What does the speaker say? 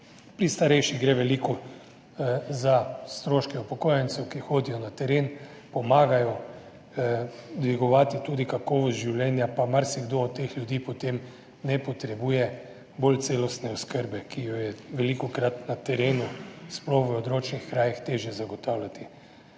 Pri starejših gre veliko za stroške upokojencev, ki hodijo na teren, pomagajo dvigovati tudi kakovost življenja, pa marsikdo od teh ljudi potem ne potrebuje bolj celostne oskrbe, ki jo je velikokrat na terenu, sploh v odročnih krajih, težje zagotavljati.